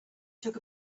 took